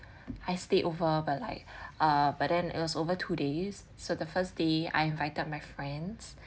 I stayed over by like uh but then it was over two days so the first day I invited my friends